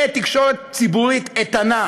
תקשורת ציבורית איתנה